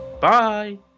Bye